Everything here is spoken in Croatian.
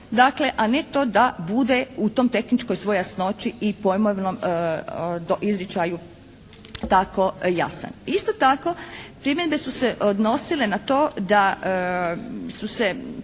dakle, a ne to da bude u tom tehničkoj svoj jasnoći i pojmovnom izričaju tako jasan. Isto tako primjedbe su se odnosile na to da su se